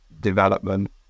development